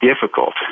difficult